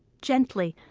gently,